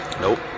Nope